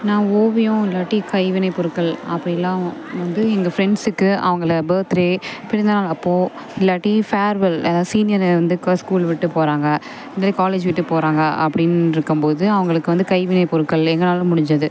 நான் ஓவியம் இல்லாட்டி கைவினை பொருட்கள் அப்படிலாம் வந்து எங்கள் ஃப்ரெண்ட்ஸுக்கு அவங்கள பர்த்டே பிறந்தநாள் அப்போ இல்லாட்டி ஃபேர்வெல் அதாவது சீனியரு வந்து க ஸ்கூல் விட்டு போகறாங்க இதமாதிரி காலேஜ் விட்டு போகறாங்க அப்படின் இருக்கம் போது அவங்களுக்கு வந்து கைவினை பொருட்கள் எங்களால் முடிஞ்சது